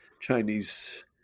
Chinese